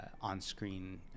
on-screen